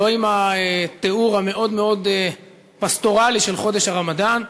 לא עם התיאור המאוד-מאוד פסטורלי של חודש הרמדאן,